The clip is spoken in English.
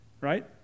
right